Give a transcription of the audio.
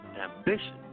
ambition